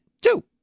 Two